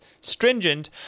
stringent